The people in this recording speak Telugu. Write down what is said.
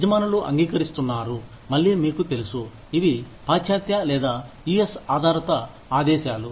యజమానులు అంగీకరిస్తున్నారు మళ్లీ మీకు తెలుసు ఇవి పాశ్చాత్య లేదా యుఎస్ ఆధారిత ఆదేశాలు